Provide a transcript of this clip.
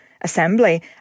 assembly